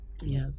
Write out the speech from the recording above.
Yes